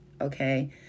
okay